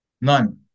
None